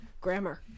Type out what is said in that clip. Grammar